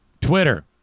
twitter